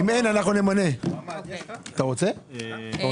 אני חושבת שזה ההסבר הכי טוב - הוא הרים את הכפפה